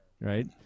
right